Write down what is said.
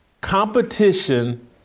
Competition